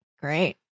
Great